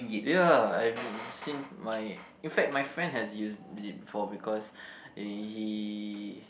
ya I've been seen my in fact my friend has used it before because he he